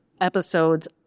episodes